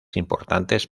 importantes